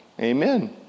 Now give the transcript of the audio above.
Amen